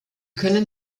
können